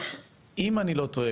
אם אני לא טועה,